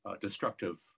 destructive